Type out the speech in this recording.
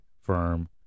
firm